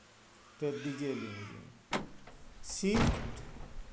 ᱥᱮ diesel engine seat